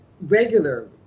regular